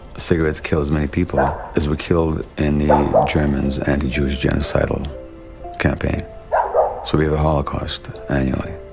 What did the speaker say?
cigarettes kill as many people as were killed in the germans' anti-jewish genocidal campaign. so we have a holocaust annually,